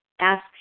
ask